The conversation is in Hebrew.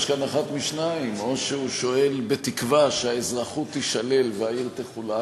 יש כאן אחת משתיים: או שהוא שואל בתקווה שהאזרחות תישלל והעיר תחולק,